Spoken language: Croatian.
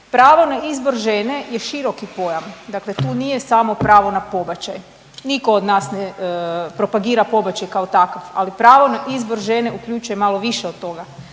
Pravo na izbor žene je široki pojam, dakle ti nije samo pravo na pobačaj. Nitko od nas ne propagira pobačaj kao takav, ali pravo na izbor žene uključuje malo više od toga,